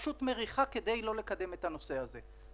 פשוט "מריחה" כדי לא לקדם את הנושא הזה.